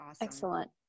Excellent